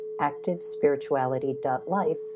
activespirituality.life